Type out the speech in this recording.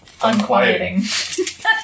Unquieting